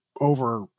over